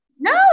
No